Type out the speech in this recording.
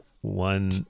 one